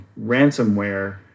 ransomware